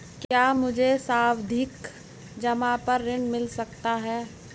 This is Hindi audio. क्या मुझे सावधि जमा पर ऋण मिल सकता है?